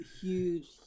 huge